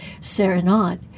Serenade